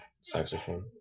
Saxophone